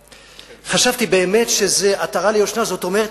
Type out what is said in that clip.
חשבתי באמת ש"עטרה ליושנה" זאת אומרת